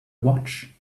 watch